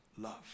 love